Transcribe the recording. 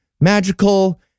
magical